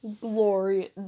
glory